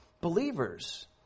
believers